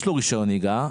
יש לו רישיון נהיגה,